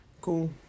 Cool